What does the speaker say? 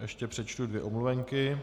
Ještě přečtu dvě omluvenky.